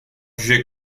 jugée